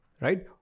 right